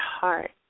heart